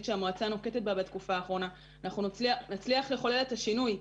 שהמועצה נוקטת בה בתקופה האחרונה אנחנו נצליח לחולל את השינוי.